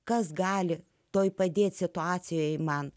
kas gali toje padėti situacijoje man